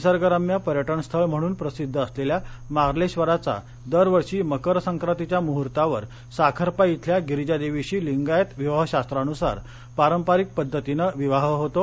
निसर्गरम्य पर्यटनस्थळ म्हणून प्रसिद्ध असलेल्या मार्लेक्षराचा दरवर्षी मकरसंक्रांतीच्या मुहूर्तावर साखरपा इथल्या गिरीजादेवीशी लिंगायत विवाहशास्त्रानुसार पारंपरिक पद्धतीनं विवाह होतो